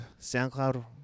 SoundCloud